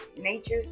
Nature